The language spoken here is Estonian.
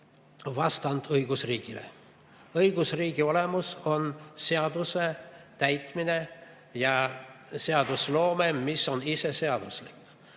vastand õigusriigile. Õigusriigi olemus on seaduse täitmine ja seadusloome, mis on ise seaduslik.